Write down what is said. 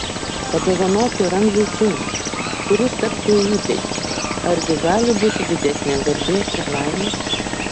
padovanoti ramziui sūnų kuris taps jo įpėdiniu argi gali būti didesnė garbė ir laimė